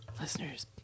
Listeners